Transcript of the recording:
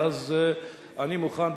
ואז אני מוכן,